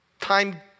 time